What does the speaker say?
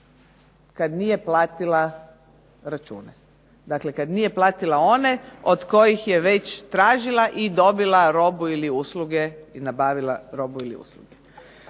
kad nije platila račune. Dakle, kad nije platila one od kojih je već tražila i dobila robu ili usluge i nabavila robu ili usluge.